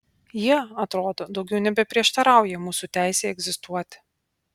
jie atrodo daugiau nebeprieštarauja mūsų teisei egzistuoti